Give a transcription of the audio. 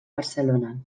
barcelona